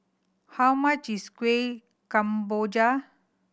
how much is Kuih Kemboja